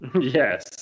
Yes